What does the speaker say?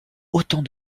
autant